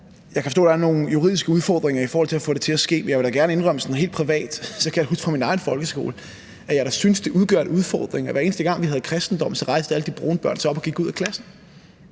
Jeg kan forstå, at der er nogle juridiske udfordringer i forhold til at få det til at ske, men jeg vil da sådan helt privat gerne indrømme, at jeg kan huske fra min egen folkeskoletid, at jeg da syntes, det udgjorde en udfordring, at hver eneste gang vi havde kristendomsundervisning, rejste alle de brune børn sig op og gik ud og klassen.